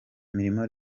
mirimo